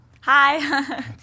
hi